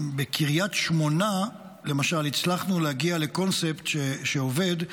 בקריית שמונה למשל הצלחנו להגיע לקונספט שעובד,